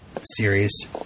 Series